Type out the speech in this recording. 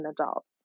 adults